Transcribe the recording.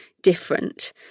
different